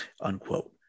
unquote